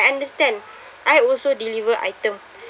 I understand I also deliver item